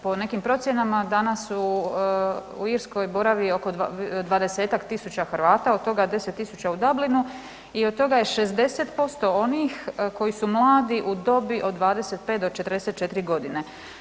Po nekim procjenama danas u Irskoj boravi oko 20-tak tisuća Hrvata, od toga 10 000 u Dublinu i od toga je 60% onih koji su mladi u dobi od 25 do 44 godine.